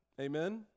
Amen